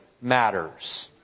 matters